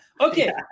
Okay